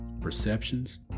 perceptions